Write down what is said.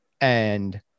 And-